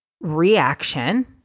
reaction